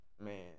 Man